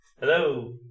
hello